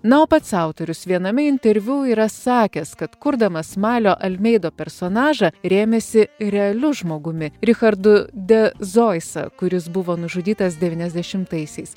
na o pats autorius viename interviu yra sakęs kad kurdamas malio almeido personažą rėmėsi realiu žmogumi richardu de zoisa kuris buvo nužudytas devyniasdešimtaisiais